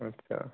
ਅੱਛਾ